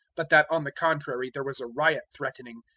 but that on the contrary there was a riot threatening,